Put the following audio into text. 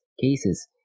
cases